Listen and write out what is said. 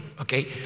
Okay